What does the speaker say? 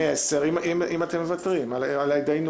אם אתם מוותרים על ההידיינות,